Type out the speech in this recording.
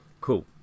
cool